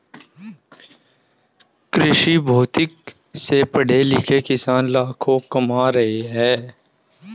कृषिभौतिकी से पढ़े लिखे किसान लाखों कमा रहे हैं